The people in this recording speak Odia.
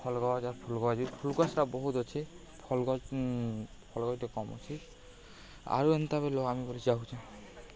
ଫଲ୍ ଗଛ୍ ଆର୍ ଫୁଲ୍ ଗଛ୍ ଫୁଲ୍ ଗଛ୍ଟା ବହୁତ ଅଛି ଫଲ୍ ଗଛ୍ ଫଲ୍ ଗଛ୍ଟେ କମ୍ ଅଛି ଆରୁ ଏନ୍ତା ବେଲ ଆମେ ବୋଲି ଚାହୁଁଛେ